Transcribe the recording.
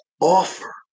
offer